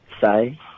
say